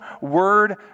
word